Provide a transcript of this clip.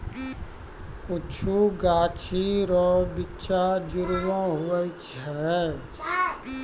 कुछु गाछी रो बिच्चा दुजुड़वा हुवै छै